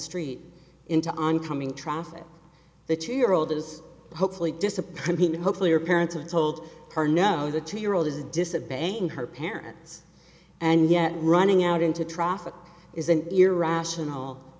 street into oncoming traffic the two year old is hopefully disapproving hopefully or parents are told her know the two year old is disobey in her parents and yet running out into traffic is an irrational